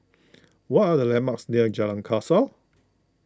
what are the landmarks near Jalan Kasau